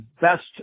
best